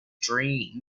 dream